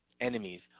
enemies